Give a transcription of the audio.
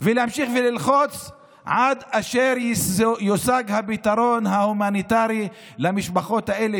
ולהמשיך וללחוץ עד אשר יושג הפתרון ההומניטרי למשפחות האלה,